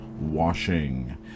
washing